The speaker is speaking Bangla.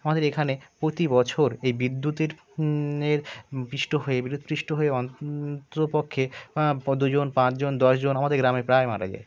আমাদের এখানে প্রতি বছর এই বিদ্যুতের এর স্পৃষ্ট হয়ে বিদ্যুৎস্পৃষ্ট হয়ে অন্ততপক্ষে দুজন পাঁচজন দশজন আমাদের গ্রামে প্রায় মারা যায়